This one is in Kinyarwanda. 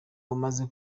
umaze